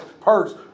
purse